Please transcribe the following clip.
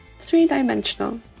three-dimensional